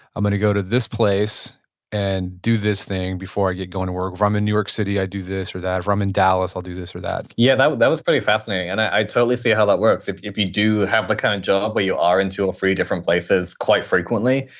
i'm going to go to this place and do this thing before i get going to work. if i'm in new york city, i do this or that. if i'm in dallas, i'll do this or that. yeah, that that was pretty fascinating, and i totally see how that works. if if you do have the kind of job where you are in two or three different places quite frequently,